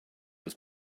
was